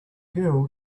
girl